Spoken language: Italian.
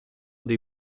dei